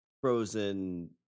frozen